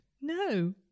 No